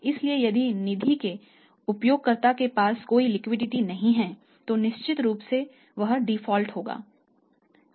इसलिए यदि निधि के उपयोगकर्ता के पास कोई लिक्विडिटी नहीं है तो निश्चित रूप से वह डिफ़ॉल्ट होगा